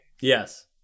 yes